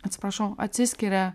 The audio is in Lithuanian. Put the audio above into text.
atsiprašau atsiskiria